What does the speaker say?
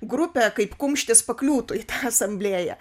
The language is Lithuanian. grupė kaip kumštis pakliūtų į tą asamblėją